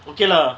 okay lah